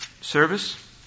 service